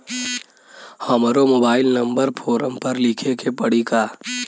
हमरो mobile number form पर लिखे के पड़ी का?